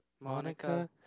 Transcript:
Monica